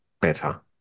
better